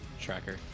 tracker